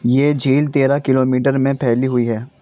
یہ جھیل تیرہ کلو میٹر میں پھیلی ہوئی ہے